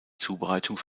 zubereitung